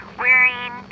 wearing